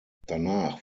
danach